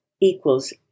equals